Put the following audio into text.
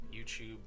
YouTube